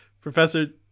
Professor